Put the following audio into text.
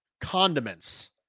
condiments